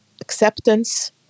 acceptance